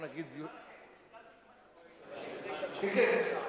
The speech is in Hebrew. במה זה פגע?